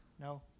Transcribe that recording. No